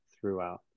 throughout